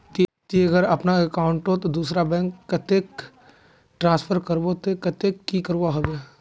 ती अगर अपना अकाउंट तोत दूसरा बैंक कतेक ट्रांसफर करबो ते कतेक की करवा होबे बे?